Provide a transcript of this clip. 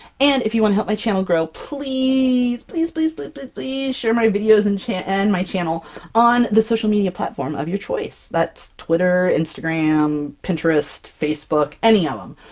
and if you want to help my channel grow please, please, please, but but please share my videos and chan and my channel on the social media platform of your choice. that's twitter, instagram, pinterest, facebook, any of them!